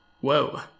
Whoa